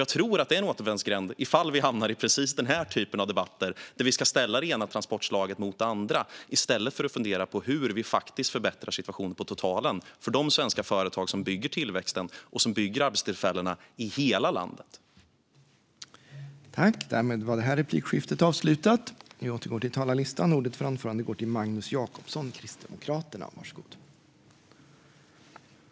Jag tror att den här typen av debatter, där vi ställer det ena transportslaget mot det andra i stället för att fundera på hur vi faktiskt förbättrar situationen på totalen för de svenska företag som bygger tillväxten och arbetstillfällena i hela landet, är en återvändsgränd.